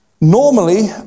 Normally